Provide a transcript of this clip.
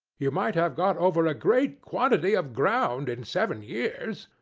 you might have got over a great quantity of ground in seven years,